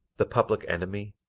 the public enemy,